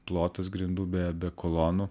plotas grindų be be kolonų